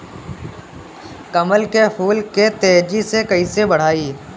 कमल के फूल के तेजी से कइसे बढ़ाई?